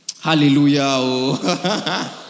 Hallelujah